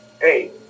hey